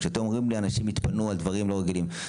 כשאתם אומרים לי שאנשים התפנו על דברים לא רגילים,